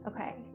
Okay